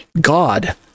God